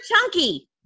chunky